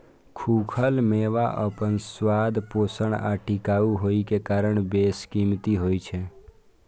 खूखल मेवा अपन स्वाद, पोषण आ टिकाउ होइ के कारण बेशकीमती होइ छै